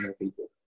people